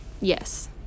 yes